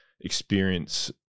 experience